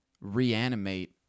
reanimate